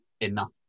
enough